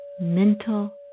mental